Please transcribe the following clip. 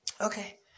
okay